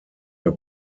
mehr